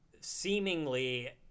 seemingly